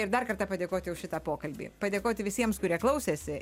ir dar kartą padėkoti už šitą pokalbį padėkoti visiems kurie klausėsi